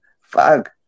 fuck